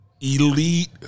elite